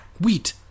wheat